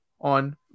on